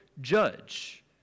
judge